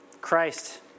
Christ